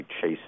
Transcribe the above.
chase